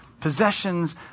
Possessions